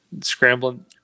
Scrambling